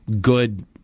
good